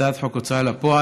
הצעת חוק ההוצאה לפועל,